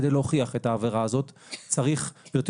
כדי להוכיח את העבירה הזאת צריך -- גברתי